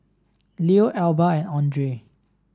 Leo Alba and Andre